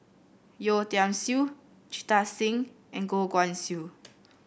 Yeo Tiam Siew Jita Singh and Goh Guan Siew